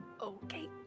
Okay